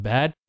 Bad